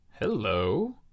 Hello